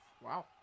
Wow